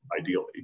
ideally